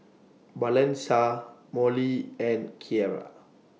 Blanca Molly and Kiera